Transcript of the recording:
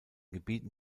gebieten